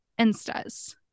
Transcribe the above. instas